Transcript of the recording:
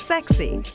Sexy